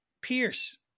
Pierce